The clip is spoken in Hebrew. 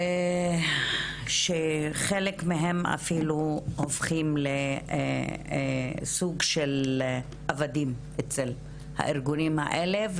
חלק מהן אפילו הופכות לסוג של עבדים אצל הארגונים האלה,